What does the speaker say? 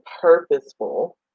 purposeful